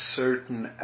certain